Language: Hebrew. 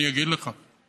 אני אגיד לך.